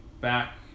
back